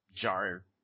jar